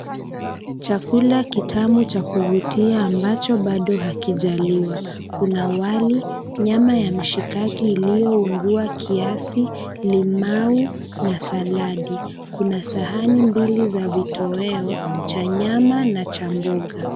Chakula kitamu cha kuvutia ambacho bado hakijaliwa. Kuna wali, nyama ya mishikaki liyoungua kiasi, limau, na saladi. Kuna sahani mbili za vitoweo, cha nyama na cha mboga.